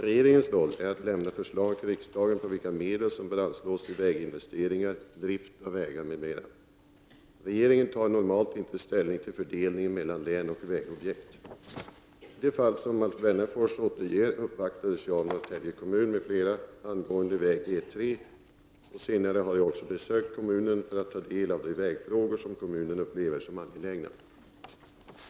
Regeringens roll är att till riksdagen lämna förslag på vilka medel som bör anslås till väginvesteringar, drift av vägar m.m. Regeringen tar normalt inte ställning till fördelningen mellan län och vägobjekt. I det fall som Alf Wennerfors återger uppvaktades jag av Norrtälje kommun m.fl. angående väg E 3, och senare har jag också besökt kommunen för att ta del av de vägfrågor som kommunen upplever som angelägna.